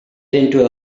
into